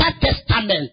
testament